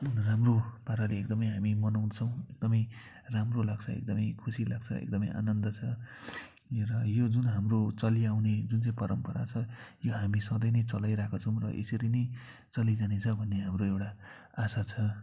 राम्रो पाराले एकदमै हामी मनाउछौँ एकदमै राम्रो लाग्छ एकदमै खुसी लाग्छ एकदमै आनन्द छ र यो जुन हाम्रो चली आउने जुन चाहिँ परम्परा छ यो हामी सधैँ नै चलाइरहेको छौँ र यसरी नै चलिरहने छ भन्ने हाम्रो एउटा आशा छ